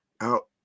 out